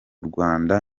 rwanda